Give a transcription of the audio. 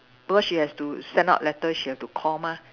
because she has to send out letter she have to call mah